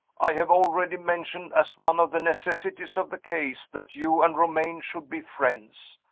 i have already mentioned as one of the necessities of the case that you and romayne should be friends.